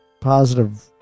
positive